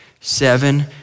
seven